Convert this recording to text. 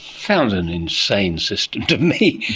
sounds an insane system to me,